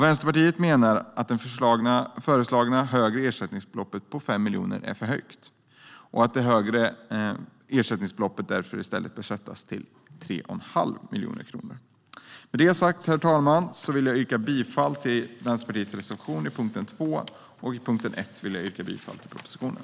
Vänsterpartiet menar att det föreslagna högre ersättningsbeloppet på 5 miljoner kronor är för högt och att det i stället bör sättas till 3 1⁄2 miljoner kronor. Herr talman! Jag yrkar bifall till Vänsterpartiets reservation under punkt 2, och under punkt 1 yrkar jag bifall till förslaget i propositionen.